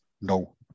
No